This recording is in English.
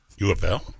UFL